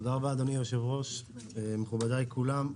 תודה רבה, אדוני היושב-ראש, מכובדיי כולם.